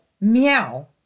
meow